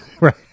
right